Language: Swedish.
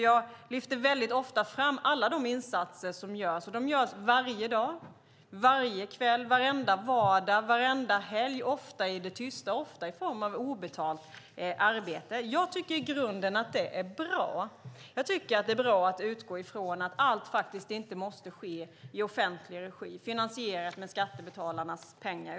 Jag lyfter ofta fram alla de insatser som görs, och de görs varje dag, varje kväll, varenda vardag och varenda helg, ofta i det tysta och ofta i form av obetalt arbete. Jag tycker i grunden att det är bra och att det är bra att utgå från att allt inte måste ske i offentlig regi finansierat med skattebetalarnas pengar.